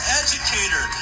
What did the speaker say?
educator